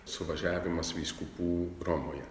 suvažiavimas vyskupų romoje